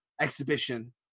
exhibition